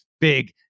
big